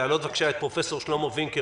אני רוצה להעלות בבקשה את פרופ' שלמה וינקר,